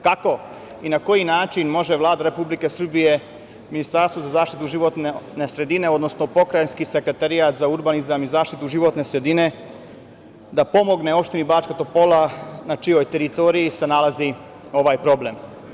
Kako i na koji način može Vlada Republike Srbije, Ministarstvo za zaštitu životne sredine, odnosno pokrajinski sekretar za urbanizam i zaštitu životne sredine da pomogne opštini Bačka Topola na čijoj teritoriji se nalazi ovaj problem?